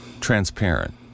transparent